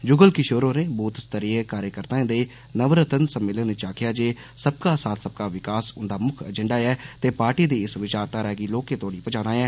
जुगल किशोर होरें बूथ स्तरीय कार्यकर्ताएं दे नवरत्न सम्मेलन च आक्खेया जे सब का साथ सब का विकास उन्दा मुक्ख एजेंडा ऐ ते पार्टी दी इस विचारधारा गी लोकें तोड़ी पजाना ऐ